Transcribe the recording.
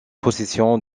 possession